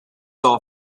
all